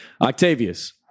Octavius